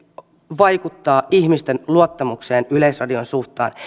vaikuttaa ihmisten luottamukseen yleisradion suhteen